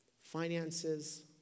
finances